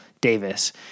Davis